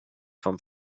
vom